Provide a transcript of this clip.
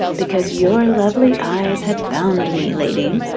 because your lovely eyes had bound me, lady.